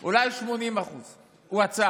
אולי 80%. הוא עצר.